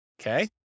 Okay